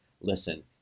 listen